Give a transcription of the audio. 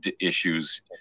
issues